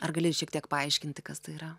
ar gali šiek tiek paaiškinti kas tai yra